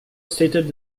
stated